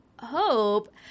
hope